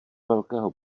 velkého